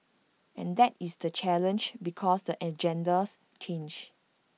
and that is the challenge because the agendas change